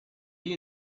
you